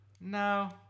No